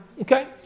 Okay